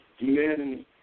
Men